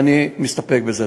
ואני מסתפק בזה.